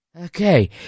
okay